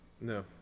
No